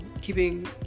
keeping